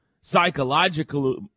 psychological